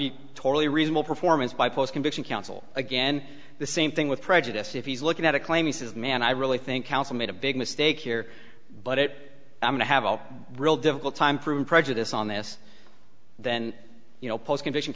be totally reasonable performance by post conviction counsel again the same thing with prejudice if he's looking at a claim he says man i really think counsel made a big mistake here but it i'm going to have a real difficult time proving prejudice on this then you know postcondition